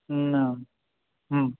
न